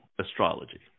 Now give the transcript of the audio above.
astrology